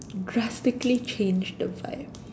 drastically change the vibe